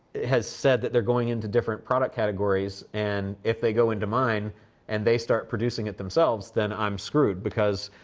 has said that they're going into different product categories, and if they go into mine and they start producing it themselves, then i'm screwed because,